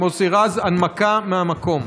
מוסי רז, הנמקה מהמקום.